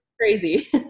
Crazy